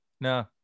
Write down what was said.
no